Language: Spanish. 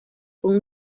fue